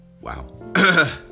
Wow